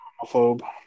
homophobe